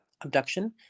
abduction